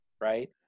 right